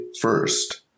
first